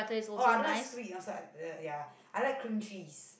oh I don't like sweet i'm sor~ ya I like cream cheese